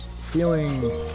feeling